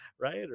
right